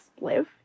live